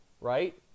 right